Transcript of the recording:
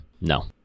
No